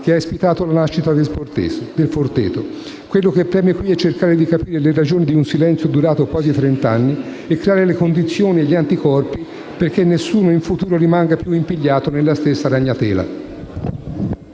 che ha ispirato la nascita del Forteto. Quello che preme qui è cercare di capire le ragioni di un silenzio durato quasi trent'anni e creare le condizioni e gli anticorpi perché nessuno in futuro rimanga più impigliato nella stessa ragnatela.